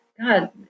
God